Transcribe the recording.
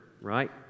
right